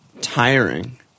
tiring